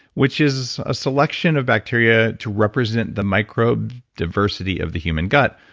which is a selection of bacteria to represent the microbe diversity of the human gut.